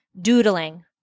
doodling